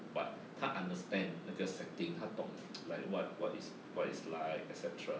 but 他 understand 那个 setting 他懂 like what what is what is like et cetera